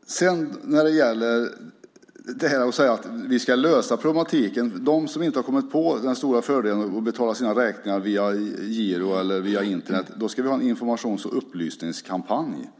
Man säger att man ska lösa problematiken med dem som inte har kommit på den stora fördelen att betala sina räkningar via giro eller Internet genom en informations och upplysningskampanj.